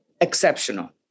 exceptional